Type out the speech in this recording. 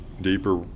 deeper